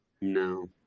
No